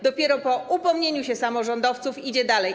Dopiero po upomnieniu się samorządowców idzie to dalej.